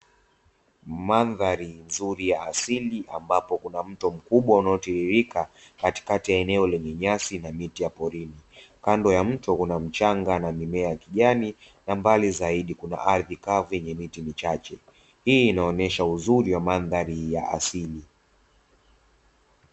Mandhari nzuri ya asili ambapo kuna mto mkubwa unaotiririka katikati ya eneo lenye nyasi na miti ya porini, kando ya mto kuna mchanga na mimea ya kijani na mbali zaidi kuna ardhi kavu yenye miti michache, hii inaonesha uzuri wa mandhari ya asili.